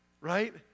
Right